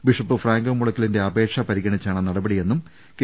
bishop Franco മുളയ്ക്കലിന്റെ അപേക്ഷ പരിഗണിച്ചാണ് നട്ടപടിയെന്നും കെ